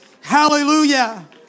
Hallelujah